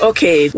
Okay